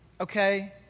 Okay